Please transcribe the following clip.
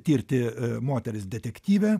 tirti moteris detektyvė